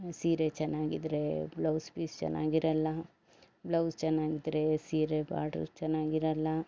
ಸೀರೆ ಚೆನ್ನಾಗಿದ್ದರೆ blouse piece ಚೆನ್ನಾಗಿರಲ್ಲ ಬ್ಲೌಸ್ ಚೆನ್ನಾಗಿದ್ದರೆ ಸೀರೆ ಬಾಡ್ರ್ ಚೆನ್ನಾಗಿರಲ್ಲ